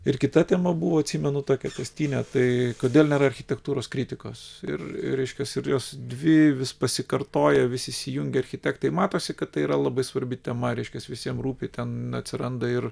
ir kita tema buvo atsimenu tokią kastinė tai kodėl nėra architektūros kritikos ir reiškias ir jos dvi vis pasikartoja vis įsijungia architektai matosi kad tai yra labai svarbi tema reiškias visiems rūpi ten atsiranda ir